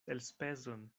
elspezon